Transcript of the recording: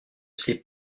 sait